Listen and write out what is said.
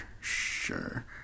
sure